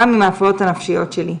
גם עם ההפרעות הנפשיות שלי.